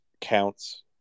counts